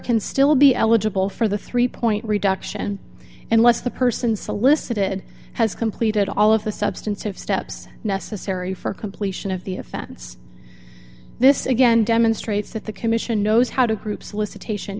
can still be eligible for the three point reduction unless the person solicited has completed all of the substantive steps necessary for completion of the offense this again demonstrates that the commission knows how to group solicitation